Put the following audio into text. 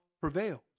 prevails